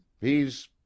He's—